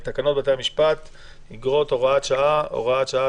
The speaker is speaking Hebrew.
המשפט (אגרות) (הוראת שעה) (הוראת שעה),